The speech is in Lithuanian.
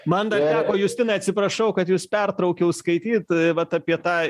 man dar teko justinai atsiprašau kad jus pertraukiau skaityt vat apie tą